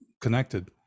connected